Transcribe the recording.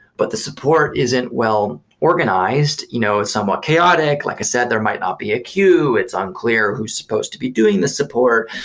but the support isn't well organized, you know somewhat chaotic. like i said, there might not be a queue. it's unclear who's supposed to be doing this support.